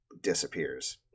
disappears